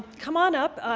come on up,